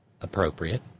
appropriate